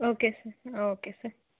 okay sir okay sir